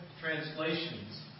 translations